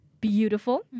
beautiful